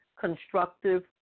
constructive